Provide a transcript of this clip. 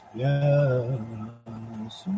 yes